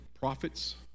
prophets